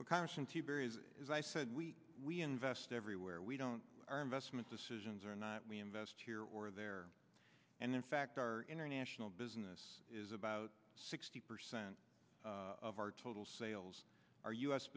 as i said we we invest everywhere we don't our investment decisions or not we invest here or there and in fact our international business is about sixty percent of our total sales our u